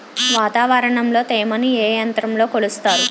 వాతావరణంలో తేమని ఏ యంత్రంతో కొలుస్తారు?